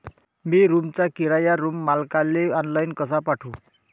मी रूमचा किराया रूम मालकाले ऑनलाईन कसा पाठवू?